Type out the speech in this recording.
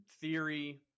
theory